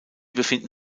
befinden